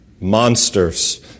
monsters